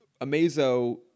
Amazo